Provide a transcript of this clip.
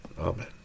Amen